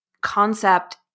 concept